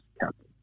captain